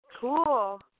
Cool